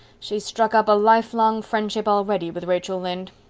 she's struck up a lifelong friendship already with rachel lynde.